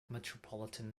metropolitan